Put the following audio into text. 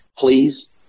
Please